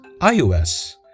iOS